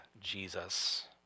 Jesus